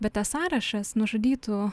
bet tas sąrašas nužudytų